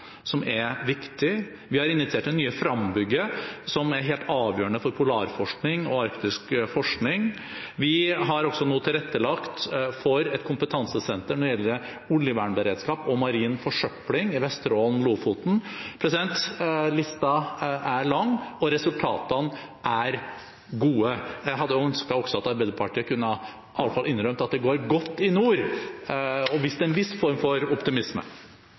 som er viktig. Vi tok initiativ til det nye FRAM-bygget, som er helt avgjørende for polarforskning og arktisk forskning. Vi har også tilrettelagt for et kompetansesenter for oljevernberedskap og marin forsøpling i Vesterålen og Lofoten. Listen er lang, og resultatene er gode. Jeg hadde ønsket at også Arbeiderpartiet i hvert fall hadde kunnet innrømme at det går godt i nord, og hadde vist en viss form for optimisme.